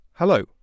Hello